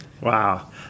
Wow